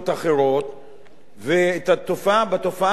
ובתופעה הזאת צריך להילחם,